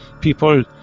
people